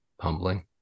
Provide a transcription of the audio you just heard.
humbling